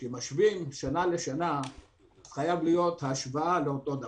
כשמשווים שנה לשנה חייבת להיות השוואה לאותו דבר.